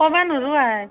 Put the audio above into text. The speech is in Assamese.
ক'ব নোৱাৰা